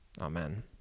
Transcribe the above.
Amen